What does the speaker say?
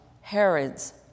Herod's